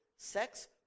Sex